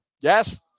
Yes